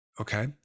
Okay